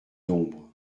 d’ombre